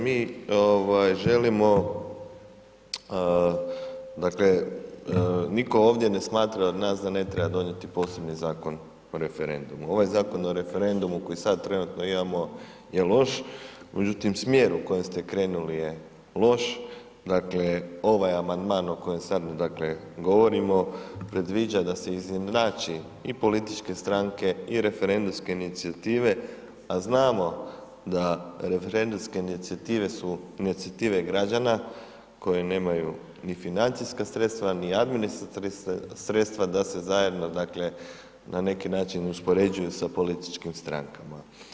Mi želimo, dakle, nitko ovdje ne smatra od nas da ne treba donijeti posebni Zakon o referendumu, ovaj Zakon o referendumu koji sad trenutno imamo je loš, međutim smjer u kojem ste krenuli je loš, dakle, ovaj amandman o kojem sada, dakle, govorimo predviđa da se izjednači, i političke stranke, i referendumske inicijative, a znamo da referendumske inicijative su inicijative građana koji nemaju ni financijska sredstva, ni administrativna sredstva da se zajedno, dakle, na neki način uspoređuju sa političkim strankama.